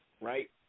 right